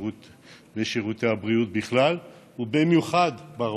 בשירותי הבריאות בכלל, ובמיוחד ברוקחות.